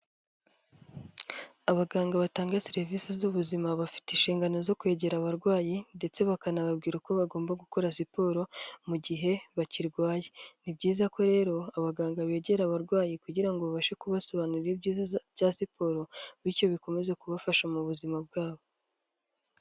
Abaganga batanga serivisi z'ubuzima bafite inshingano zo kwegera abarwayi ndetse bakanababwira uko bagomba gukora siporo mu gihe bakirwaye ni byiza ko rero abaganga begera abarwayi kugira ngo babashe kubasobanurira ibyiza bya siporo bityo bikomeze kubafasha mu buzima bwabo.